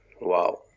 wow